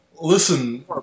Listen